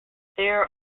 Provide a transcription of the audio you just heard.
there